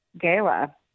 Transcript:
gala